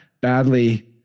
badly